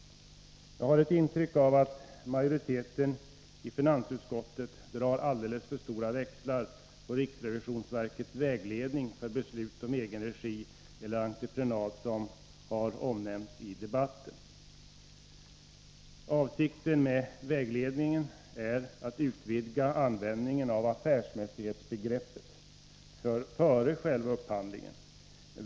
Jag har ett intryck av att majoriteten i finansutskottet drar alldeles för stora växlar på riksrevisionsverkets vägledning för beslut om egenregieller entreprenadverksamhet som har omnämnts i debatten. Avsikten med vägledningen är att utvidga användningen av affärmässighetsbegreppet före själva upphandlingen.